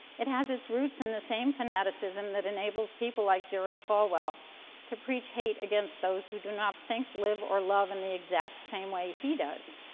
it has its roots in the same fanaticism that enables people like jerry falwell to preach hate against those who do not think, live, or love in the exact same way he does.